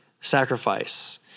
sacrifice